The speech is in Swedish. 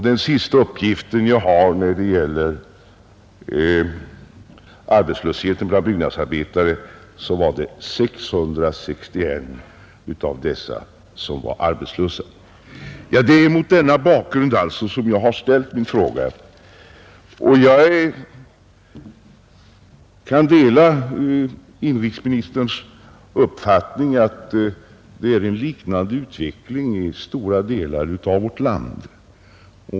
Den senaste uppgift jag har om arbetslösheten bland byggnadsarbetare visar att 661 av dessa var arbetslösa, Det är mot denna bakgrund som jag har ställt min fråga. Jag kan dela inrikesministerns uppfattning att det är en liknande utveckling i stora delar av vårt land.